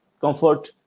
comfort